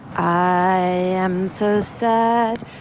i am so sad.